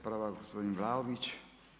Prva gospodin Vlaović.